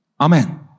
amen